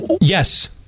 yes